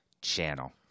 channel